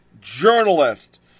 journalist